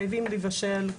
חייבים לבשל,